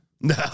No